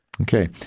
Okay